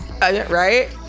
right